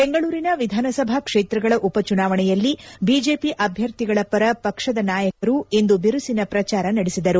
ಬೆಂಗಳೂರಿನ ವಿಧಾನಸಭಾ ಕ್ಷೇತ್ರಗಳ ಉಪಚುನಾವಣೆಯಲ್ಲಿ ಬಿಜೆಪಿ ಅಭ್ವರ್ಥಿಗಳ ಪರ ಪಕ್ಷದ ನಾಯಕರು ಇಂದು ಬಿರುಸಿನ ಪ್ರಚಾರ ನಡೆಸಿದರು